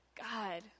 God